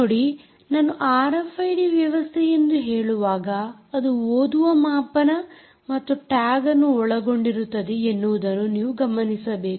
ನೋಡಿ ನಾನು ಆರ್ಎಫ್ಐಡಿ ವ್ಯವಸ್ಥೆ ಎಂದು ಹೇಳುವಾಗ ಅದು ಓದುವ ಮಾಪನ ಮತ್ತು ಟ್ಯಾಗ್ ಅನ್ನು ಒಳಗೊಂಡಿರುತ್ತದೆ ಎನ್ನುವುದನ್ನು ನೀವು ಗಮನಿಸಬೇಕು